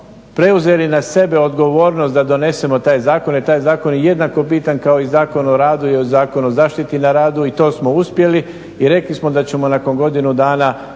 preuzeli na sebe odgovornost da donesemo taj zakon, jer taj zakon je jednako bitan kao i Zakon o radu i Zakon o zaštiti na radu i to smo uspjeli. I rekli smo da ćemo nakon godinu dana